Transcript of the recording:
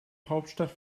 hauptstadt